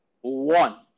one